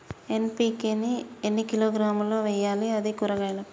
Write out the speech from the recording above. NPK ని ఎన్ని కిలోగ్రాములు వెయ్యాలి? అది కూరగాయలకు?